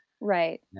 Right